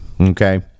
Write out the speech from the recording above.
Okay